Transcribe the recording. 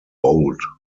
bold